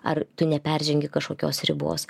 ar tu neperžengi kažkokios ribos